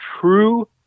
true